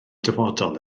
dyfodol